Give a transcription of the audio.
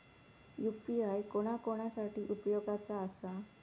UPI कोणा कोणा साठी उपयोगाचा आसा?